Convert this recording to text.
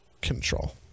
control